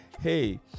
hey